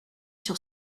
sur